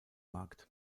markt